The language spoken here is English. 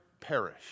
perish